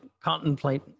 contemplate